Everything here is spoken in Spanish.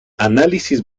análisis